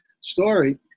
story